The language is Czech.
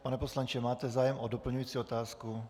Pane poslanče, máte zájem o doplňující otázku?